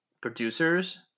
producers